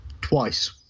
Twice